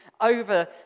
over